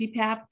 CPAP